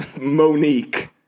Monique